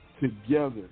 together